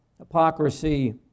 Hypocrisy